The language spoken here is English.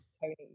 Tony